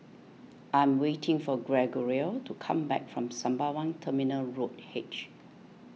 I'm waiting for Gregorio to come back from Sembawang Terminal Road H